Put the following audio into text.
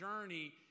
journey